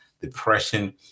depression